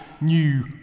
new